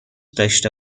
داشته